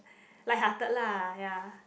light hearted lah ya